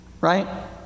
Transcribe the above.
right